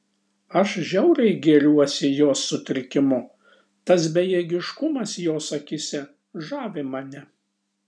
aš žiauriai gėriuosi jos sutrikimu tas bejėgiškumas jos akyse žavi mane